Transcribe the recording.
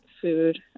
food